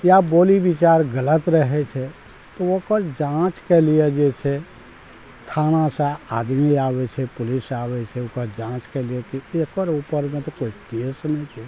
या बोली विचार गलत रहय छै तऽ ओकर जाँचके लिये जे छै थानासँ आदमी आबय छै पुलिस आबय छै ओकर जाँचके लिये की एक्कर उपरमे तऽ कोइ केस नहि छै